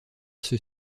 ceux